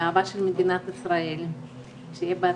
גאווה של מדינת ישראל שיהיה בהצלחה.